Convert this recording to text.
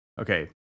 Okay